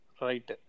Right